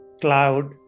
cloud